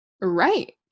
Right